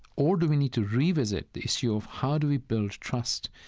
or do we need to revisit the issue of how do we build trust,